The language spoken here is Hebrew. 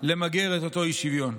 למגר את אותו אי-שוויון.